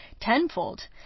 tenfold